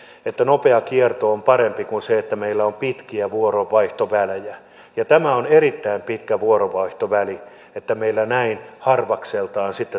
että nopea kierto on parempi kuin se että meillä on pitkiä vuoronvaihtovälejä ja tämä on erittäin pitkä vuoronvaihtoväli että meillä näin harvakseltaan tapahtuu